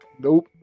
Nope